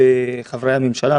חברי הממשלה,